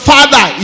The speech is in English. Father